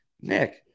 Nick